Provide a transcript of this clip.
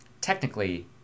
Technically